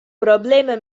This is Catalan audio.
problema